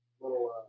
little